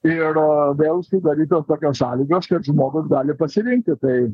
ir vėl susidarydavo tokios sąlygos kad žmogus gali pasirinkti tai